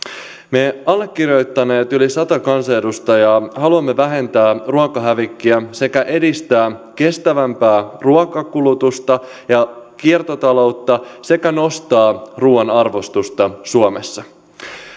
me allekirjoittaneet yli sata kansanedustajaa haluamme vähentää ruokahävikkiä sekä edistää kestävämpää ruokakulutusta ja kiertotaloutta sekä nostaa ruuan arvostusta suomessa